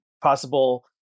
possible